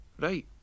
Right